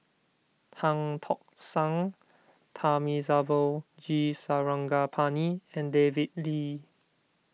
Tan Tock San Thamizhavel G Sarangapani and David Lee